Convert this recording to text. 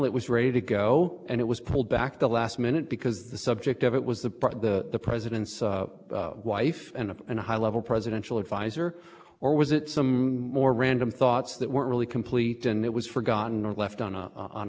it was rated go and it was pulled back the last minute because the subject of it was the part of the president's wife and of a high level presidential advisor or was it some more random thoughts that were really complete and it was forgotten or left on a on a